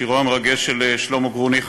שירו המרגש של שלמה גרוניך,